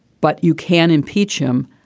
but you can impeach him.